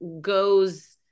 goes